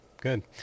Good